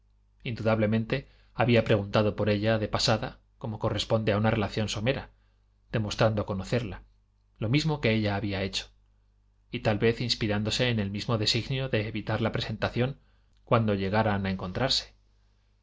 indudablemente había preguntado por ella de pasada como corresponde a una relación somera demostrando conocerla lo mismo que ella había hecho y tal vez inspirándose en el mismo designio de evitar la presentación cuando llegaran á encontrarse